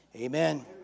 amen